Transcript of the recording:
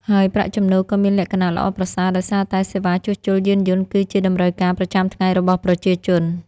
ហើយប្រាក់ចំណូលក៏មានលក្ខណៈល្អប្រសើរដោយសារតែសេវាជួសជុលយានយន្តគឺជាតម្រូវការប្រចាំថ្ងៃរបស់ប្រជាជន។